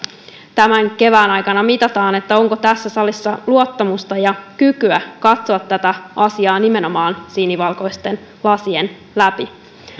tämän kevään aikana mitataan onko tässä salissa luottamusta ja kykyä katsoa tätä asiaa nimenomaan sinivalkoisten lasien läpi